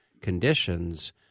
conditions